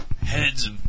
heads